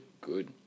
good